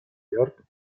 york